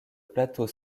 plateau